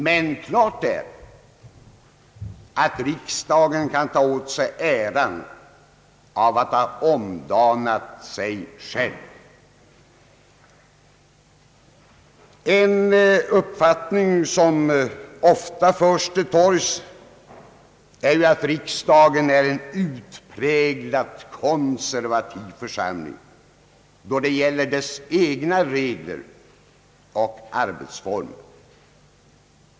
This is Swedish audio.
Men klart är att riksdagen kan ta åt sig äran av att ha omdanat sig själv. En uppfattning som ofta förs till torgs är att riksdagen är en utpräglat konservativ församling då det gäller dess egna regler och arbetsformer.